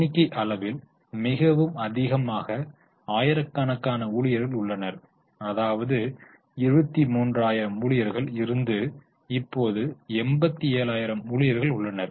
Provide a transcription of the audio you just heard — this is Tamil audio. எண்ணிக்கை அளவில் மிகவும் அதிகமாக ஆயிரக்கணக்கான ஊழியர்கள் உள்ளனர் அதாவது 23000 ஊழியர்கள் இருந்து இப்போது 87000 ஊழியர்கள் உள்ளனர்